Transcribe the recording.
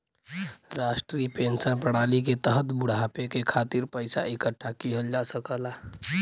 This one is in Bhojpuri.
राष्ट्रीय पेंशन प्रणाली के तहत बुढ़ापे के खातिर पइसा इकठ्ठा किहल जा सकला